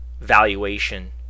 valuation